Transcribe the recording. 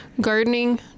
Gardening